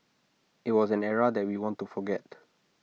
IT was an era that we want to forget